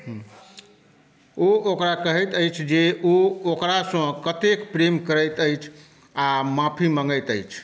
ओ ओकरा कहैत अछि जे ओ ओकरासँ कतेक प्रेम करैत अछि आ माफी मँगैत अछि